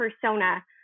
persona